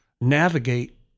navigate